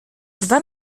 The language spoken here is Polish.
dwa